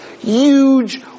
huge